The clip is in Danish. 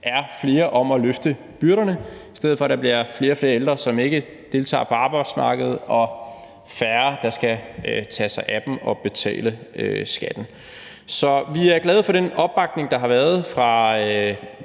er flere om at løfte byrderne, i stedet for at der bliver flere og flere ældre, som ikke deltager på arbejdsmarkedet, og færre, som skal tage sig af dem og betale skatten. Så vi er glade for den opbakning, der har været fra